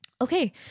okay